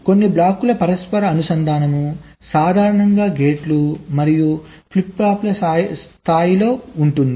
కొన్ని బ్లాకుల పరస్పర అనుసంధానం సాధారణంగా గేట్లు మరియు ఫ్లిప్ ఫ్లాప్ల స్థాయిలో ఉంటుంది